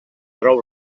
prou